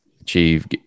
achieve